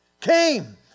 came